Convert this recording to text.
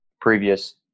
previous